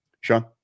Sean